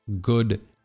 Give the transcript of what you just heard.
good